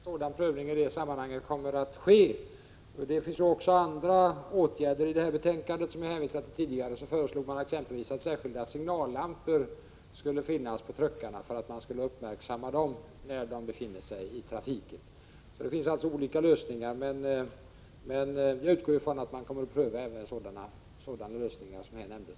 Herr talman! Jag utgår från att en sådan prövning kommer att ske i det sammanhanget. Det finns ju också andra åtgärder som kan vidtas. I det betänkande som jag hänvisade till tidigare föreslog man exempelvis att särskilda signallampor skulle finnas på truckarna för att man skulle uppmärksamma dem när de befinner sig i trafiken. Det finns alltså olika lösningar. Men jag utgår som sagt från att man kommer att pröva även sådana lösningar som här nämndes.